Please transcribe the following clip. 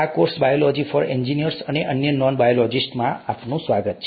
આ course biology for engineers અને અન્ય નોન બાયોલોજીસ્ટ માં આપનું સ્વાગત છે